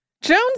Jones